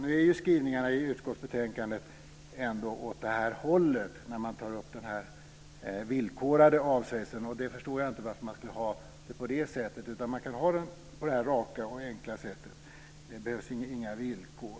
Nu går skrivningarna i utskottsbetänkandet ändå åt det här hållet när det gäller den villkorade avsägelsen. Jag förstår inte varför man vill ha det på det sättet när det kan vara på det raka, enkla sättet. Det behövs inga villkor.